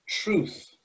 truth